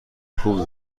خوبی